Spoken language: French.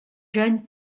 jeunes